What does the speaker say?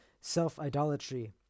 self-idolatry